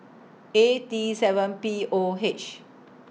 A T seven P O H